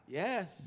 yes